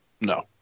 no